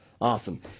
Awesome